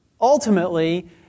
ultimately